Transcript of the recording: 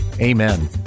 Amen